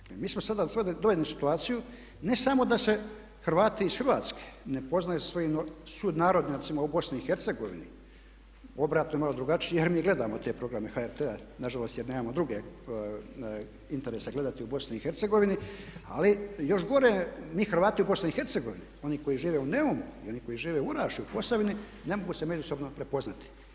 Dakle, mi smo sada dovedeni u situaciju ne samo da se Hrvati iz Hrvatske ne poznaju sa svojim sunarodnjacima u BiH, obratno je malo drugačije jer mi gledamo te programe HRT-a nažalost jer nemamo druge interese gledati u BiH, ali još gore mi Hrvati u BiH oni koji žive u Neumu i oni koji žive u Orašju u Posavini ne mogu se međusobno prepoznati.